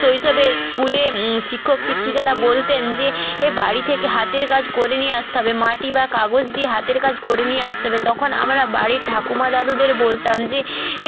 শৈশবে স্কুলে শিক্ষক শিক্ষিকারা বলতেন যে এ বাড়ি থেকে হাতের কাজ করে নিয়ে আসতে হবে মাটি বা কাগজ দিয়ে হাতের কাজ করে নিয়ে আসতে হবে তখন আমরা বাড়ির ঠাকুমা দাদুদের বলতাম যে